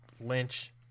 Lynch